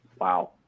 wow